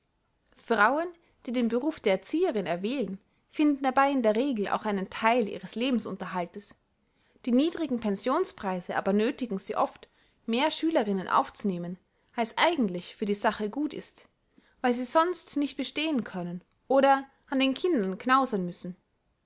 frauen die den beruf der erzieherin erwählen finden dabei in der regel auch einen theil ihres lebensunterhaltes die niedrigen pensionspreise aber nöthigen sie oft mehr schülerinnen aufzunehmen als eigentlich für die sache gut ist weil sie sonst nicht bestehen können oder an den kindern knausern müssen